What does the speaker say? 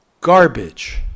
garbage